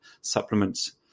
supplements